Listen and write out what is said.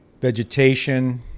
vegetation